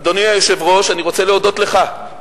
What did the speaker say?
אדוני היושב-ראש, אני רוצה להודות לך.